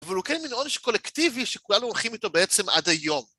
אבל הוא כן מין עונש קולקטיבי שכולנו הולכים איתו בעצם עד היום.